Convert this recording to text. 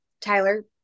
Tyler